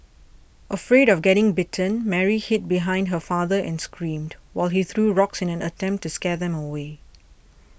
afraid of getting bitten Mary hid behind her father and screamed while he threw rocks in an attempt to scare them away